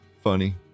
funny